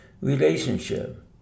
relationship